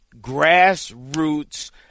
grassroots